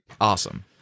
Awesome